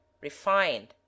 refined